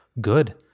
good